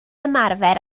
ymarfer